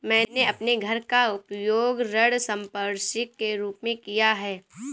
मैंने अपने घर का उपयोग ऋण संपार्श्विक के रूप में किया है